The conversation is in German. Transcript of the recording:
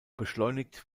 beschleunigt